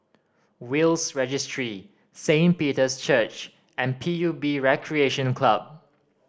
Will's Registry Saint Peter's Church and P U B Recreation Club